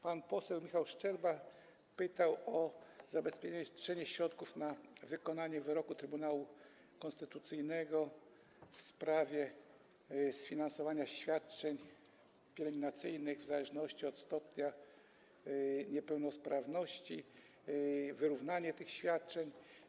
Pan poseł Michał Szczerba pytał o zabezpieczenie środków na wykonanie wyroku Trybunału Konstytucyjnego w sprawie sfinansowania świadczeń pielęgnacyjnych w zależności od stopnia niepełnosprawności, o wyrównanie tych świadczeń.